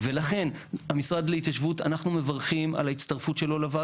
ולכן יש חשיבות להחזרה לאלתר של נציגי משרד